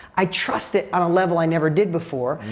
i trust it on a level i never did before.